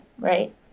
right